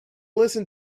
listen